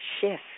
shift